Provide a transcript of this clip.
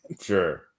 Sure